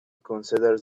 consider